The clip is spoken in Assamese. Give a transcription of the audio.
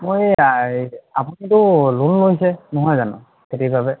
মই এই আপুনিটো লোন লৈছে নহয় জানো খেতিৰ বাবে